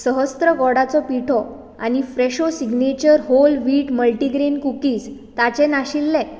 सहस्त्र गोडाचो पिठो आनी फ्रॅशो signature whole wheat multigrain cookies ताजें नाशिल्लें